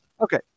Okay